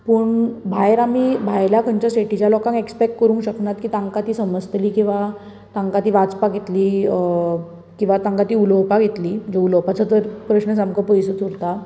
पूण भायर आमी भायल्या खंयच्या स्टेटीच्या लोकांक ऍक्सपॅक्ट करूंक शकनात की तांकां ती समजतली किंवा तांकां ती वाचपाक येतली अ किंवा तांकां ती उलोवपाक येतली म्हणजे उलोवपाचो तर प्रश्न सामको पयसूच उरता